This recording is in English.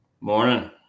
morning